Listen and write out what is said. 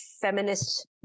feminist